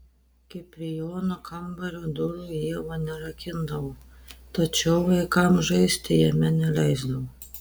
kiprijono kambario durų ieva nerakindavo tačiau vaikams žaisti jame neleisdavo